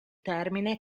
termine